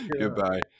Goodbye